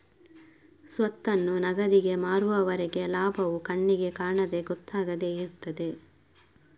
ಸ್ವತ್ತನ್ನು ನಗದಿಗೆ ಮಾರುವವರೆಗೆ ಲಾಭವು ಕಣ್ಣಿಗೆ ಕಾಣದೆ ಗೊತ್ತಾಗದೆ ಇರ್ತದೆ